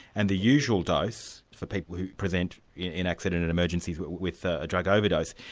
and the usual dose for people who present in accident and emergencies with with a drug overdose,